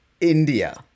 India